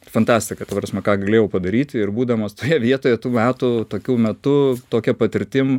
fantastika ta prasme ką galėjau padaryti ir būdamas toje vietoje tų metų tokiu metu tokia patirtim